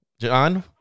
John